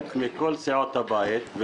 סיעות הבית,